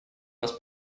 вас